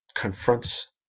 confronts